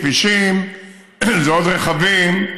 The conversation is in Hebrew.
כבישים זה עוד רכבים,